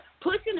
pushing